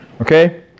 Okay